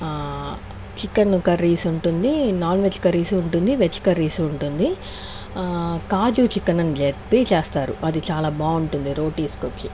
chicken curries ఉంటుంది non veg curries ఉంటుంది veg curries ఉంటుంది కాజు చికెన్ అని చెప్పి చేస్తారు అది చాలా బాగుంటుంది రోటీస్కి వచ్చి